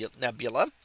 Nebula